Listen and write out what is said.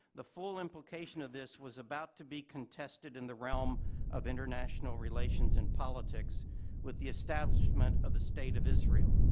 the full implication of this was about to be contested in the realm of international relations and politics with the establishment of the state of israel,